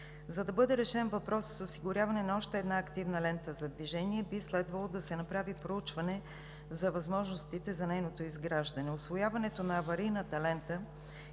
За да бъде решен въпросът с осигуряване на още една активна лента за движение, би следвало да се направи проучване за възможностите за нейното изграждане. Усвояването на аварийната лента